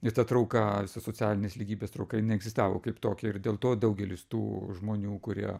ir ta trauka socialinės lygybės trauka jinai egzistavo kaip tokia ir dėl to daugelis tų žmonių kurie